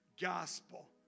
gospel